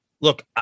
look